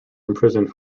imprisoned